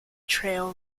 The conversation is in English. trail